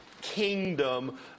kingdom